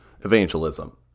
evangelism